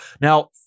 Now